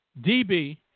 DB